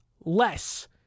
less